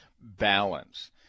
balance